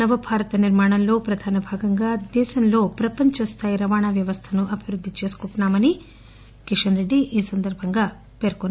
నవ భారత నిర్మాణంలో ప్రధాన భాగంగా దేశంలో ప్రపంచ స్థాయి రవాణా వ్యవస్థను అభివృద్ధి చేసుకుంటున్నా మని కిషన్ రెడ్డి ఈ సందర్భంగా పేర్కొన్నారు